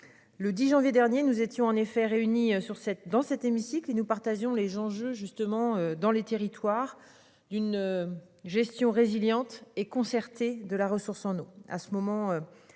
Le 10 janvier dernier, nous étions en effet réunis sur cet dans cet hémicycle et nous partageons les enjeux justement dans les territoires d'une gestion résiliente et concertée de la ressource en eau,